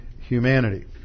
humanity